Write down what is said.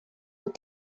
are